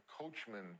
coachman